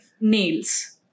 nails